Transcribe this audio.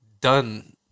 done